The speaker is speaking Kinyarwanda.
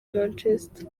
manchester